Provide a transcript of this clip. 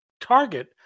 target